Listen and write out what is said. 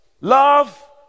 love